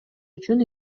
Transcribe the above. үчүн